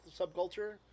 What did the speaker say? subculture